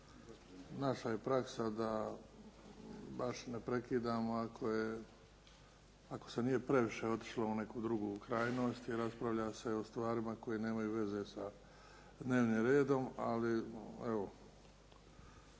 naša je praksa da baš ne prekidamo ako se nije previše otišlo u neku drugu krajnost i raspravlja se o stvarima koje nemaju veze sa dnevnim redom, ali evo,